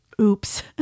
Oops